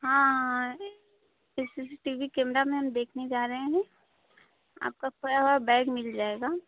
हाँ C C T V camera में हम देखने जा रहे हैं आपका खोया हुआ बैग मिल जायेगा